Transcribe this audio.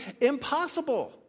impossible